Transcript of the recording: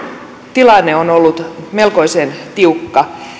tilanne on ollut melkoisen tiukka